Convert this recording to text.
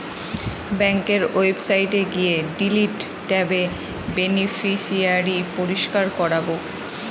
ব্যাঙ্কের ওয়েবসাইটে গিয়ে ডিলিট ট্যাবে বেনিফিশিয়ারি পরিষ্কার করাবো